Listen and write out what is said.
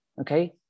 Okay